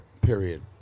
period